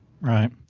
Right